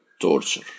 torture